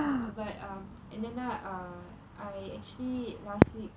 but um என்னனா:ennanaa err I actually last week